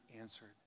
answered